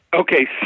Okay